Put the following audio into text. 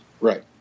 Right